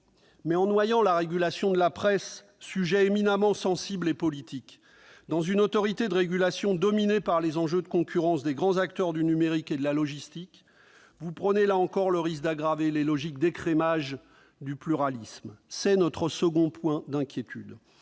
Mais en noyant la régulation de la presse, sujet éminemment politique, dans une autorité de régulation dominée par les enjeux de concurrence des grands acteurs du numérique et de la logistique, vous prenez, là encore, le risque d'aggraver les logiques d'écrémage du pluralisme. C'est notre second point d'inquiétude.